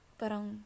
parang